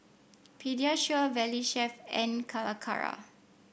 Pediasure Valley Chef and Calacara